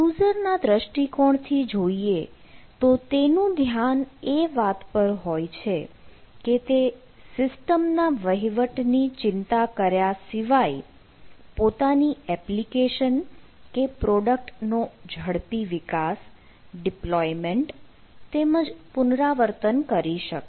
યુઝરના દૃષ્ટિકોણથી જોઈએ તો તેનું ધ્યાન એ વાત પર હોય છે કે તે સિસ્ટમના વહીવટની ચિંતા કર્યા સિવાય પોતાની એપ્લિકેશન કે પ્રોડક્ટ નો ઝડપી વિકાસ ડિપ્લોયમેન્ટ તેમજ પુનરાવર્તન કરી શકે